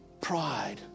Pride